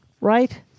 Right